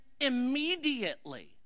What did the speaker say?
immediately